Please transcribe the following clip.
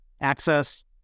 access